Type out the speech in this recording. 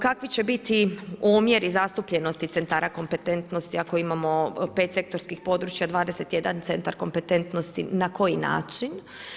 Kakvi će biti omjeri zastupljenosti centara kompetentnosti ako imamo 5 sektorskih područja, 21 centar kompetentnosti na koji način.